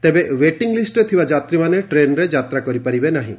ତେବେ ଓ୍ୱେଟିଙ୍ଙ୍ ଲିଷ୍ଟରେ ଥିବା ଯାତ୍ରୀମାନେ ଟ୍ରେନ୍ରେ ଯାତ୍ରା କରିପାରିବେ ନାହିଁ